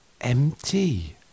empty